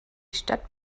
stadt